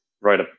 right